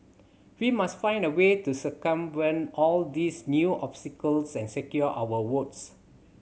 we must find a way to circumvent all these new obstacles and secure our votes